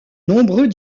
nombreux